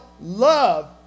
love